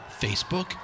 Facebook